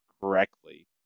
Correctly